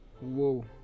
Whoa